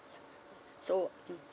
so mm